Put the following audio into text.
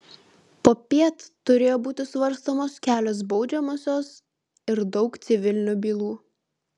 popiet turėjo būti svarstomos kelios baudžiamosios ir daug civilinių bylų